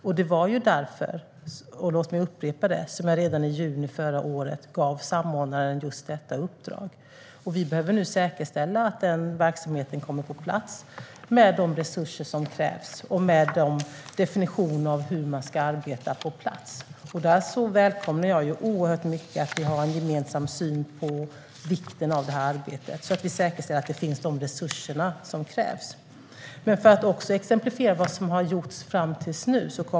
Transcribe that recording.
Låt mig upprepa att det var därför jag redan i juni förra året gav samordnaren just detta uppdrag. Vi behöver nu säkerställa att verksamheten kommer på plats med de resurser som krävs och med en definition av hur man ska arbeta. Jag välkomnar oerhört mycket att vi har en gemensam syn på vikten av detta arbete så att vi säkerställer att de resurser som krävs också finns. Låt mig exemplifiera vad som har gjorts fram tills nu.